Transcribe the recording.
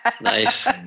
Nice